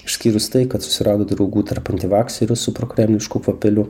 išskyrus tai kad susirado draugų tarp antivakserių su problemišku kvapeliu